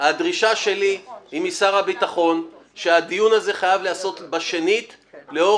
הדרישה שלי היא משר הביטחון שהדיון הזה חייב להיעשות בשנית לאור